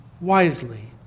wisely